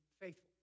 faithful